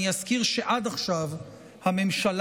אני אזכיר שעד עכשיו הממשלה,